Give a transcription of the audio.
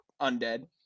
undead